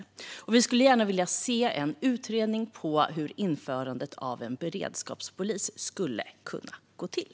Vänsterpartiet skulle gärna vilja se en utredning av hur införandet av en beredskapspolis skulle kunna gå till.